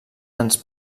ens